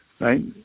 right